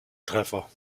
treffer